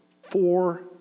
four